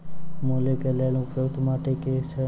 मूली केँ लेल उपयुक्त माटि केँ छैय?